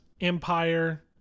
Empire